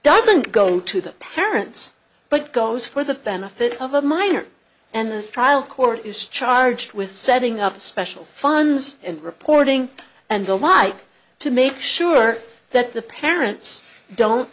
doesn't go to the parents but goes for the benefit of a minor and the trial court is charged with setting up a special fines and reporting and the like to make sure that the parents don't